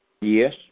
Yes